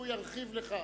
והוא ירחיב לך.